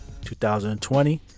2020